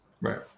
Right